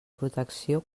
protecció